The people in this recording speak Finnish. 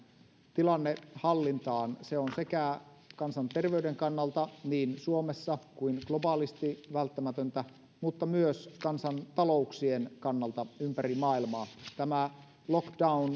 tilanne hallintaan se on välttämätöntä sekä kansanterveyden kannalta niin suomessa kuin globaalisti mutta myös kansantalouksien kannalta ympäri maailmaa tämä lockdown